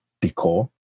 decor